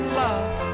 love